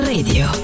Radio